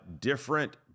different